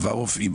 עבר רופאים,